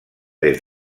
des